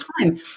time